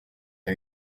are